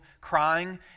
crying